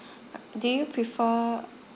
do you prefer